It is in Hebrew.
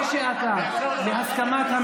או שאתה בהסכמת,